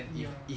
ya